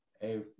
Hey